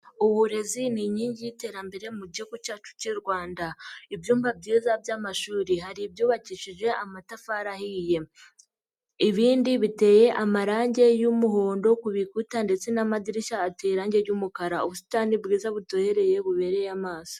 Uburezi ni inkingi y'iterambere mu gihugu cyacu cy'u Rwanda ibyumba byiza by'amashuri hari ibyubakishije amatafari ahiye ibindi biteye amarange y'umuhondo ku bikuta ndetse n'amadirishya ateye irangi ry'umukara ubusitani bwiza butohereye bubereye amaso.